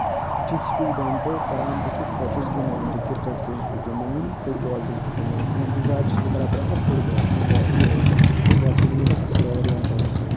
بہٕ چھُس سٹوٗڈنٛٹ پَران تہِ چھُس ہورٕ چھُس گِنٛدان تہِ کِرکَٹ تہِ چھُس بہٕ گِنٛدان فُٹ بال تہِ چھُس بہٕ گِنٛدان اِوٕن کہِ زیادٕ چھُس بہٕ کَران prefer football football یہِ فُٹ بال چھُس بہٕ گِنٛدان اَثَر واریاہ زیادٕ اَصٕل